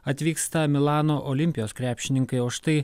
atvyksta milano olimpijos krepšininkai o štai